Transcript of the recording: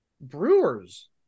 Brewers